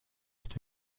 ist